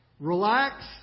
Relax